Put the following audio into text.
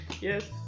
yes